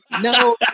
no